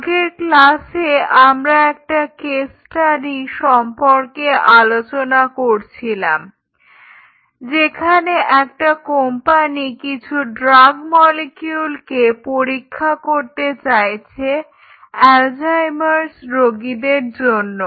আগের ক্লাসে আমরা একটা কেস্ স্টাডি সম্পর্কে আলোচনা করছিলাম যেখানে একটা কোম্পানি কিছু ড্রাগ মলিকিউলকে পরীক্ষা করতে চাইছে অ্যালজাইমার রোগীদের জন্যে